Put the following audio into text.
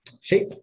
shape